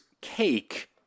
cake